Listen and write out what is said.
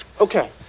Okay